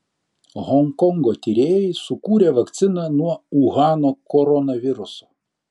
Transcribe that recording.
honkongo tyrėjai sukūrė vakciną nuo uhano koronaviruso